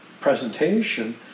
presentation